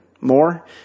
More